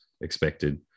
expected